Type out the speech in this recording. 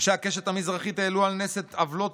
אנשי הקשת המזרחית העלו על נס את עוולות